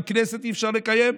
גם כנסת אי-אפשר לקיים.